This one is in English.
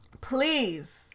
Please